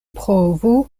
provu